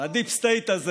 הדיפ סטייט הזה